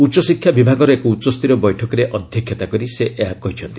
ଉଚ୍ଚଶିକ୍ଷା ବିଭାଗର ଏକ ଉଚ୍ଚସ୍ତରୀୟ ବୈଠକରେ ଅଧ୍ୟକ୍ଷତା କରି ସେ ଏହା କହିଛନ୍ତି